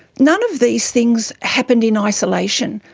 none of these things happened in isolation.